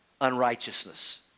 unrighteousness